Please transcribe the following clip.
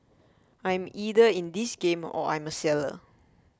I'm either in this game or I'm a seller